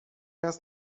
است